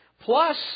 Plus